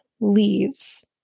leaves